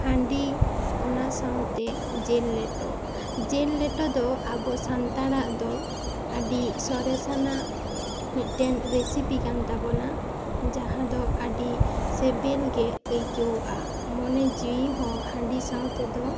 ᱦᱟᱹᱰᱤ ᱚᱱᱟ ᱥᱟᱶᱛᱮ ᱡᱤᱞ ᱞᱮᱴᱚ ᱡᱤᱞ ᱞᱮᱴᱚ ᱟᱵᱚ ᱥᱟᱱᱛᱟᱲᱟᱜ ᱫᱚ ᱟᱹᱰᱤ ᱥᱚᱨᱮᱥᱟᱱᱟᱜ ᱢᱤᱫᱴᱮᱱ ᱨᱤᱥᱤᱯᱤ ᱠᱟᱱ ᱛᱟᱵᱚᱱᱟ ᱡᱟᱦᱟᱸ ᱫᱚ ᱟᱹᱰᱤ ᱥᱤᱵᱤᱞ ᱜᱮ ᱟᱹᱭᱠᱟᱹᱣᱜᱼᱟ ᱢᱚᱱᱮ ᱡᱤᱣᱭᱤ ᱦᱚᱸ ᱦᱟᱹᱰᱤ ᱥᱟᱶᱛᱮ ᱫᱚ